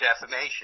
defamation